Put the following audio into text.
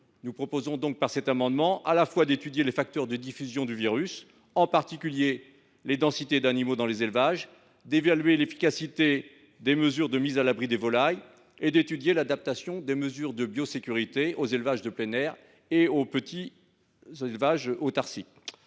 Nous proposons donc, par cet amendement, d’étudier les facteurs de diffusion du virus, en particulier les densités d’animaux dans les élevages, de mesurer l’efficacité des mesures de mise à l’abri des volailles et d’évaluer l’adaptation des mesures de biosécurité aux élevages de plein air et en autarcie.